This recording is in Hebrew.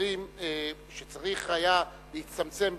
ההסדרים שצריך היה להצטמצם,